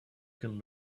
can